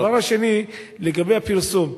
הדבר השני, לגבי הפרסום.